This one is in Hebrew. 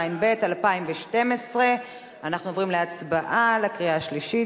התשע"ב 2012. אנחנו עוברים להצבעה בקריאה שלישית.